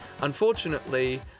unfortunately